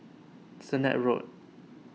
Sennett Road